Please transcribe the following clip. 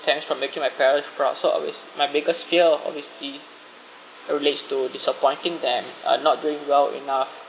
cames from making my parents proud so obvious my biggest fear obviously relates to disappointing them uh not doing well enough